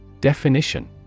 Definition